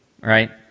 right